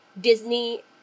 Disney